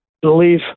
believe